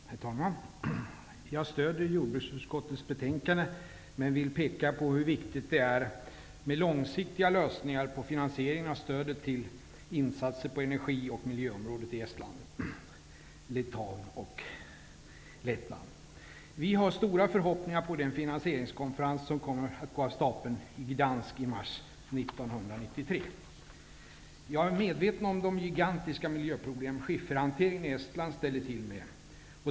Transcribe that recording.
Herr talman! Jag stödjer jordbruksutskottets betänkande men vill peka på hur viktigt det är med långsiktiga lösningar för finansieringen av stöd till insatser på energi och miljöområdet i Estland, Lettland och Litauen. Vi har stora förhoppningar på den finansieringskonferens som kommer att gå av stapeln i Gdansk i mars 1993. Jag är medveten om de gigantiska miljöproblem skifferhanteringen i Estland ställer till med.